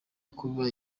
kuba